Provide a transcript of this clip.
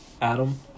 Adam